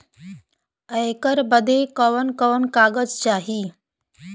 ऐकर बदे कवन कवन कागज चाही?